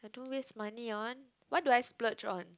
don't waste money on what do I splurge on